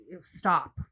stop